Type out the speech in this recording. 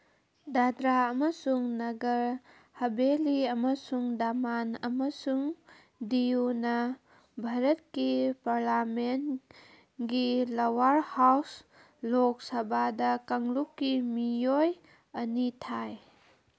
ꯗꯗ꯭ꯔꯥ ꯑꯃꯁꯨꯡ ꯅꯒꯔ ꯍꯕꯦꯂꯤ ꯑꯃꯁꯨꯡ ꯗꯃꯥꯟ ꯑꯃꯁꯨꯡ ꯗ꯭ꯌꯨꯅ ꯚꯥꯔꯠꯀꯤ ꯄꯥꯔꯂꯥꯃꯦꯟꯒꯤ ꯂꯋꯔ ꯍꯥꯎꯁ ꯂꯣꯛ ꯁꯚꯥꯗ ꯀꯥꯡꯂꯨꯞꯀꯤ ꯃꯤꯑꯣꯏ ꯑꯅꯤ ꯊꯥꯏ